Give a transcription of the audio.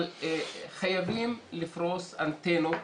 חייבים לפרוס אנטנות